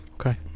Okay